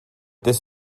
this